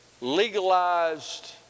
legalized